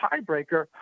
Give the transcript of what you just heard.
tiebreaker